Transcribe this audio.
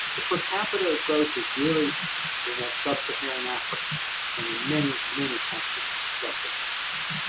the per capita growth is really in that sub-saharan africa and in many, many countries in sub-saharan africa.